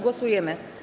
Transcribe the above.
Głosujemy.